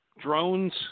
Drones